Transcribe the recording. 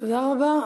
תודה רבה.